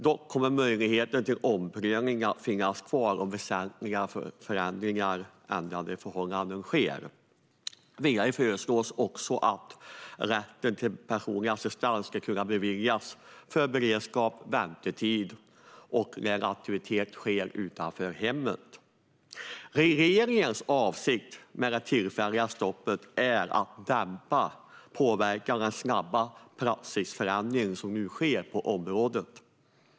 Dock kommer möjligheten till omprövning att finnas kvar på grund av väsentligt ändrade förhållanden. Vidare föreslås också att rätten till personlig assistans ska kunna beviljas för beredskap, väntetid och när en aktivitet sker utanför hemmet. Regeringens avsikt med det tillfälliga stoppet är att dämpa påverkan av den snabba praxisförändringen som nu sker på området.